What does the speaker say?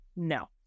No